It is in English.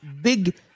big